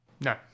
No